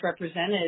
represented